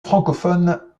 francophone